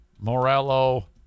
Morello